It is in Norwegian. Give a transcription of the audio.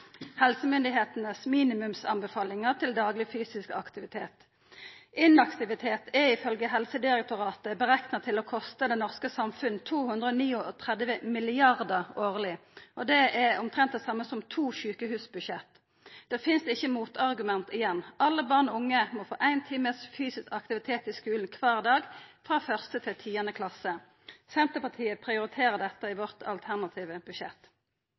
helsemyndigheitenes minimumsanbefalingar til dagleg fysisk aktivitet. Inaktivitet er ifølgje Helsedirektoratet berekna til å kosta det norske samfunnet 239 mrd. kr årleg, og det er omtrent det same som to sjukehusbudsjett. Det finst ikkje motargument igjen – alle barn og unge må få ein times fysisk aktivitet i skulen kvar dag frå 1. til 10. klasse. Senterpartiet prioriterer dette i sitt alternative budsjett.